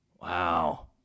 Wow